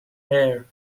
hair